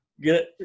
get